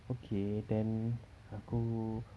okay then aku